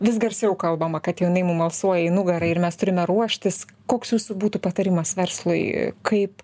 vis garsiau kalbama kad jinai mum alsuoja į nugarą ir mes turime ruoštis koks jūsų būtų patarimas verslui kaip